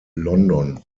london